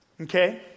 Okay